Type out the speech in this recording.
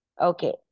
Okay